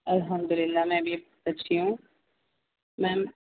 الحمد للہ میں بھی اچھی ہوں میم